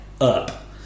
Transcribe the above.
up